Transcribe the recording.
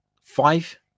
five